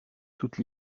toute